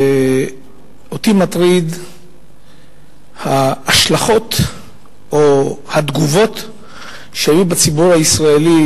אותי מטרידות ההשלכות או התגובות שהיו בציבור הישראלי